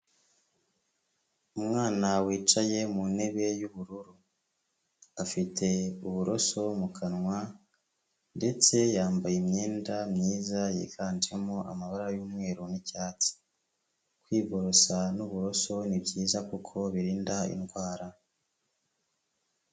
Umwana wicaye mu ntebe y'ubururu, afite uburoso mu kanwa ndetse yambaye imyenda myiza yiganjemo amabara y'umweru n'icyatsi, kwiborosa n'uburoso ni byiza kuko birinda indwara.